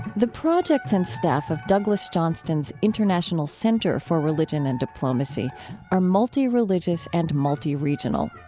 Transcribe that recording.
the projects and staff of douglas johnston's international center for religion and diplomacy are multi-religious and multi-regional,